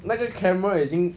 那个 camera 已经